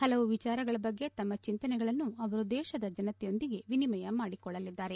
ಹಲವು ವಿಚಾರಗಳ ಬಗ್ಗೆ ತಮ್ಮ ಚಿಂತನೆಗಳನ್ನು ಅವರು ದೇಶದ ಜನತೆಯೊಂದಿಗೆ ವಿನಿಮಯ ಮಾಡಿಕೊಳ್ಳಲಿದ್ದಾರೆ